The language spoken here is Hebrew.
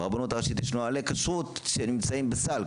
לרבנות הראשית יש נהלי כשרות שנמצאים בסל.